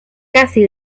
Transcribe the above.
casi